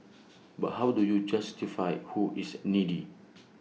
but how do you justify who is needy